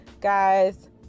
guys